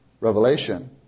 revelation